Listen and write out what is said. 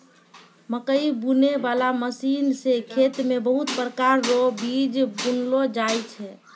मकैइ बुनै बाला मशीन से खेत मे बहुत प्रकार रो बीज बुनलो जाय छै